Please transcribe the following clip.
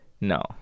No